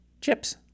Chips